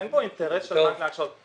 אין פה אינטרס של בנק להקשות.